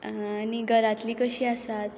आनी घरांतलीं कशीं आसात